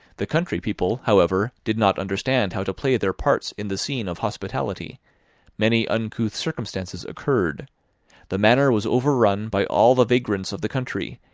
the country people, however, did not understand how to play their parts in the scene of hospitality many uncouth circumstances occurred the manor was overrun by all the vagrants of the country,